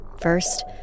First